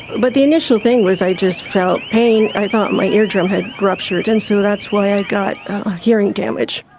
but the initial thing was i just felt pain, i thought my eardrum had ruptured, and so that's why i got hearing damage.